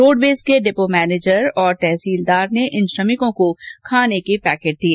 roadways के depot manager और तहसीलदार ने इन श्रमिकों को खाने के पैकेट दिए